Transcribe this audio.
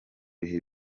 bihe